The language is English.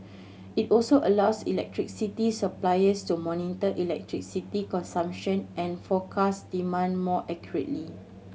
it also allows electricity suppliers to monitor electricity consumption and forecast demand more accurately